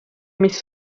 mis